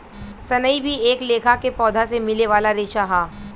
सनई भी एक लेखा के पौधा से मिले वाला रेशा ह